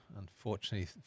unfortunately